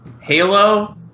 Halo